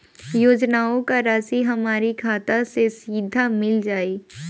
योजनाओं का राशि हमारी खाता मे सीधा मिल जाई?